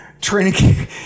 training